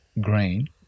green